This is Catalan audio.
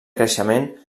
creixement